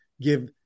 give